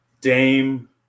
Dame